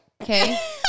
Okay